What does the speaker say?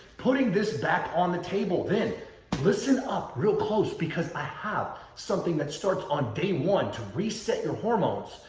putting this back on the table, then listen up real close because i have something that starts on day one to reset your hormones.